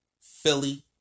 Philly